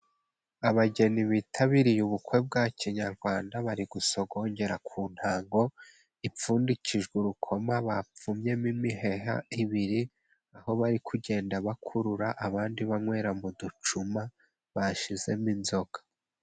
Abageni bitabiriye ubukwe bwa kinyarwanda, bari gusogongera ku ntango ipfundikijwe urukoma bapfumyemo imiheha ibiri. Aho bari kugenda bakurura abandi banywera mu ducuma bashyizemo inzoga.